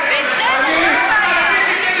אין לך דוברים, מה תעשה?